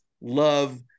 love